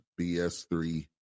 BS3